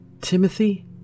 Timothy